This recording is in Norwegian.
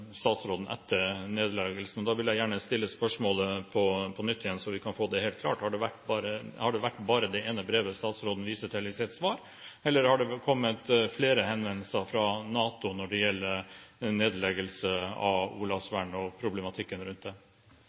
etter nedleggelsen. Derfor vil jeg gjerne stille spørsmålet på nytt, slik at vi kan få det helt klart. Har det vært bare det ene brevet, som statsråden viser til i sitt svar, eller har det kommet flere henvendelser fra NATO når det gjelder nedleggelse av Olavsvern og problematikken rundt det? Før det opprinnelige vedtaket om nedleggelse var det uformell kontakt med NATO som viste at det